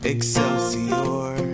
Excelsior